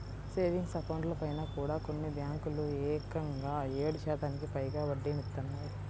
savings అకౌంట్లపైన కూడా కొన్ని బ్యేంకులు ఏకంగా ఏడు శాతానికి పైగా వడ్డీనిత్తన్నాయి